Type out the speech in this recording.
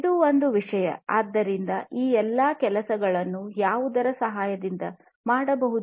ಇದು ಒಂದು ವಿಷಯ ಆದ್ದರಿಂದ ಈ ಎಲ್ಲ ಕೆಲಸಗಳನ್ನು ಯಾವುದರ ಸಹಾಯದಿಂದ ಮಾಡಬಹುದು